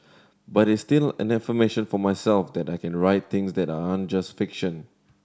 but it's still an affirmation for myself that I can write things that aren't just fiction